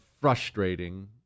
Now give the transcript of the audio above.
frustrating